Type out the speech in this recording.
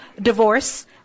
divorce